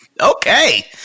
Okay